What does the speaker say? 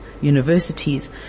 universities